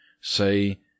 say